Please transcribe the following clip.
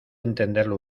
entenderlo